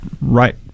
right